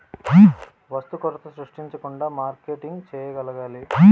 వస్తు కొరత సృష్టించకుండా మార్కెటింగ్ చేయగలగాలి